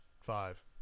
five